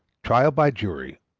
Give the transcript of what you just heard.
trial by jury,